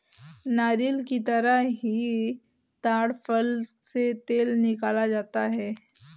नारियल की तरह ही ताङ फल से तेल निकाला जाता है